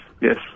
yes